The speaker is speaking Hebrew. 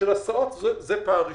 של הסעות, זה פער ראשון.